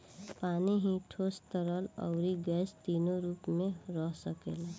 पानी ही ठोस, तरल, अउरी गैस तीनो रूप में रह सकेला